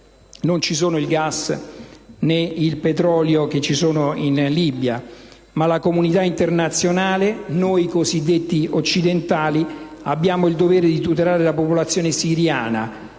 non ci sono il gas ed il petrolio che sono presenti in Libia, ma la comunità internazionale, noi cosiddetti occidentali abbiamo il dovere di tutelare la popolazione siriana,